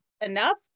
enough